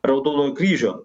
raudono kryžio